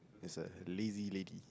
is a lazy lady